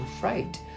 fright